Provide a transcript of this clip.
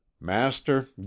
master